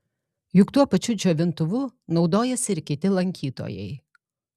juk tuo pačiu džiovintuvu naudojasi ir kiti lankytojai